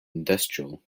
industrial